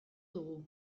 dugu